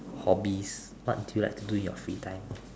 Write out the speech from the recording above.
hobbies what do you like to do in your free time